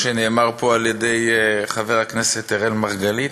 שנאמר פה על-ידי חבר הכנסת אראל מרגלית.